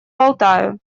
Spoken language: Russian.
болтаю